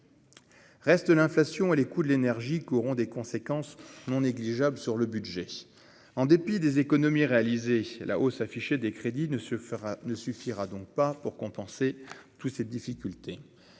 reste l'inflation et les coûts de l'énergie qu'auront des conséquences non négligeables sur le budget, en dépit des économies réalisées à la hausse affichée des crédits ne se fera ne suffira donc pas pour compenser tous ces difficultés,